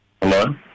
Hello